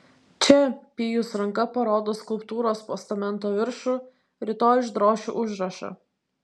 čia pijus ranka parodo skulptūros postamento viršų rytoj išdrošiu užrašą